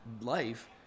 life